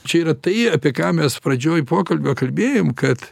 čia yra tai apie ką mes pradžioj pokalbio kalbėjom kad